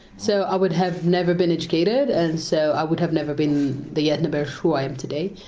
so i would have never been educated and so i would have never been the yetnebersh who i am today.